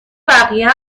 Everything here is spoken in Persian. بقیه